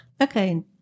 Okay